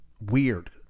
weird